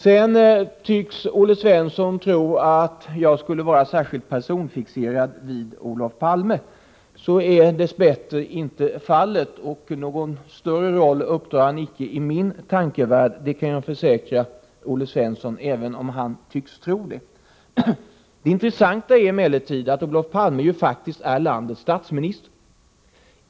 Sedan tycks Olle Svensson tro att jag skulle vara särskilt personfixerad vid Olof Palme. Så är dess bättre inte fallet. Någon större roll upptar han inte i min tankevärld, det kan jag försäkra Olle Svensson. Det intressanta är emellertid att Olof Palme faktiskt är landets statsminister.